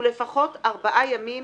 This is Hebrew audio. ולפחות ארבעה ימים